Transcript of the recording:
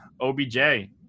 OBJ